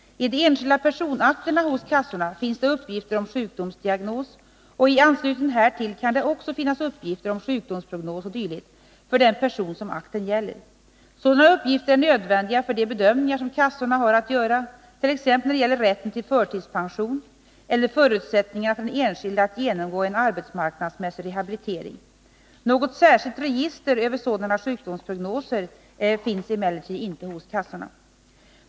I de enskilda personakterna hos kassorna finns det uppgifter om sjukdomsdiagnos, och i anslutning härtill kan det också finnas uppgifter om sjukdomsprognos oo. d. för den person som akten gäller. Sådana uppgifter är nödvändiga för de bedömningar som kassorna har att göra t.ex. när det gäller rätten till förtidspension eller förutsättningarna för den enskilde att genomgå en arbetsmarknadsmässig rehabilitering. Något särskilt register över sådana sjukdomsprognoser finns emellertid inte hos kassorna.